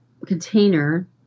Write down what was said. Container